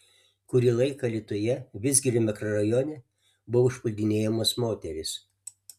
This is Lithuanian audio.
kurį laiką alytuje vidzgirio mikrorajone buvo užpuldinėjamos moterys